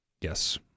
Yes